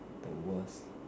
the worst